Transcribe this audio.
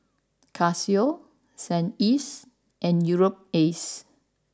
Casio San Ives and Europace